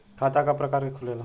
खाता क प्रकार के खुलेला?